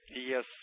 Yes